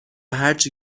هرچی